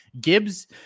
Gibbs